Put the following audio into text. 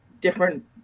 different